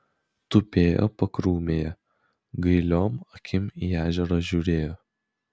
tupėjo pakrūmėje gailiom akim į ežerą žiūrėjo